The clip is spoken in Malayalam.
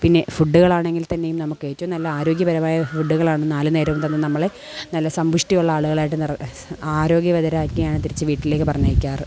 പിന്നെ ഫുഡുകളാണെങ്കിൽ തന്നെയും നമുക്കേറ്റവും നല്ല ആരോഗ്യപരമായ ഫുഡുകളാണ് നാല് നേരവും തന്ന് നമ്മളെ നല്ല സമ്പുഷ്ടിയുള്ള ആളുകളായിട്ട് ആരോഗ്യവതരാക്കിയാണ് തിരിച്ച് വീട്ടിലേക്ക് പറഞ്ഞയക്കാറ്